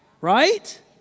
Right